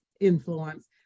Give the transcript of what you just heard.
influence